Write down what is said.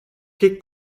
che